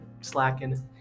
slacking